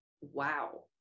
Wow